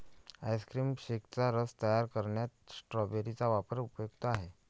ice cream शेकचा रस तयार करण्यात स्ट्रॉबेरी चा वापर उपयुक्त आहे